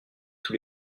tous